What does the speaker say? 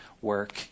work